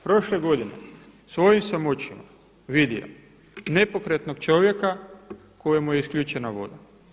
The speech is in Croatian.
Prošle godine svojim sam očima vidio nepokretnog čovjeka kojemu je isključena voda.